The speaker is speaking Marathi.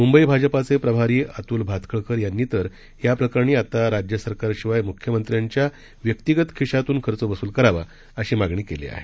मुंबई भाजपाचे प्रभारी अतुल भातखळकर यांनी तर या प्रकरणी आता राज्य सरकारशिवाय मुख्यमंत्र्यांच्या व्यक्तीगत खिश्यातून खर्च वसूल करावा अशी मागणी केली आहे